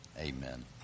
Amen